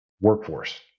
workforce